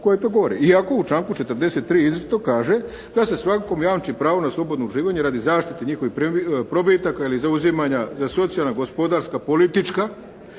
iako u članku 43. izričito kaže da se svakom jamči prvo na slobodno uživanje radi zaštite njihovih probitaka ili zauzimanja za socijalna, gospodarska, politička,